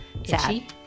Itchy